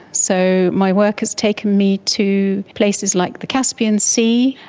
so my work has taken me to places like the caspian sea,